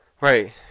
Right